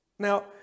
Now